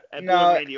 No